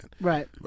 Right